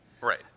Right